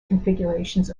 configurations